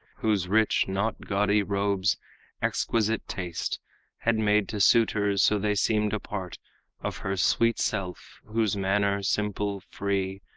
whose rich, not gaudy, robes exquisite taste had made to suit her so they seemed a part of her sweet self whose manner, simple, free,